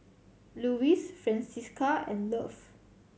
Lewis Francisca and Love